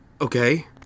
Okay